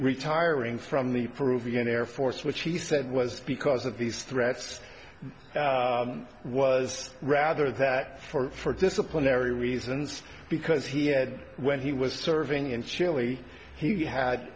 retiring from the peruvian air force which he said was because of these threats was rather that for disciplinary reasons because he had when he was serving in chile he had